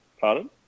Pardon